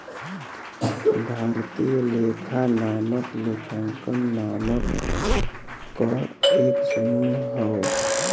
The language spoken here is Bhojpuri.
भारतीय लेखा मानक लेखांकन मानक क एक समूह हौ